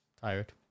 tired